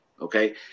okay